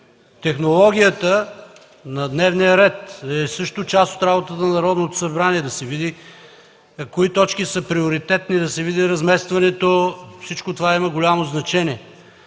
Технологията на дневния ред е също част от работата на Народното събрание – да се види кои точки са приоритетни, да се види разместването. Всичко това има голямо значение.